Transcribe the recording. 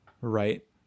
right